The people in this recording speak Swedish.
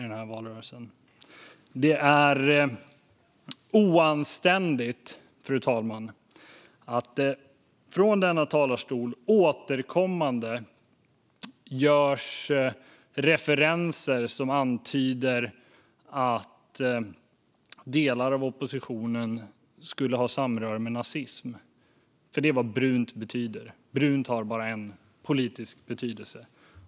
Det är oanständigt, fru talman, att det från denna talarstol återkommande görs antydanden om att delar av oppositionen skulle ha samröre med nazism, för det är vad brunt betyder. Brunt har bara en politisk betydelse.